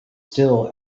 still